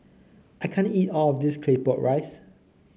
I can't eat all of this Claypot Rice